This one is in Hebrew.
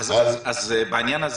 --- העניין הזה